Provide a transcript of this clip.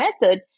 method